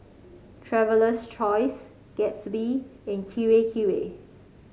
Traveler's Choice Gatsby and Kirei Kirei